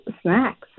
snacks